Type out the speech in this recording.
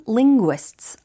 linguists